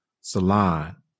salon